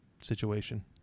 situation